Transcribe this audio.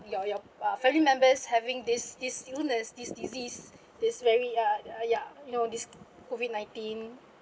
your your uh family members having this this illness this disease this very uh uh ya you know this COVID nineteen